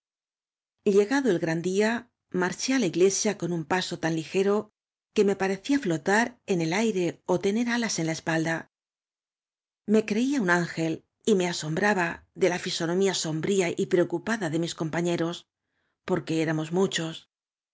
llegado el gran día marchó á la iilesía con un paso tan ligero que me parecía flotar en el aire ó tener alas en la espalda me creía un án gel y me asombraba do la ñsonomía sombría y preocupada de mis compañeros porque éramos ranchos